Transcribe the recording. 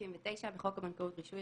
"תיקון חוק הבנקאות (רישוי) 59.בחוק הבנקאות (רישוי),